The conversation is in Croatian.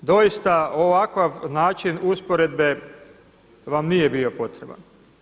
Doista ovakav način usporedbe vam nije bio potreban.